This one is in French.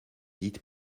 dites